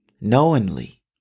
knowingly